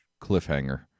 cliffhanger